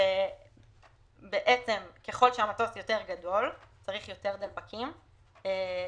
אם המטוס יותר גדול צריך יותר דלפקים - 8,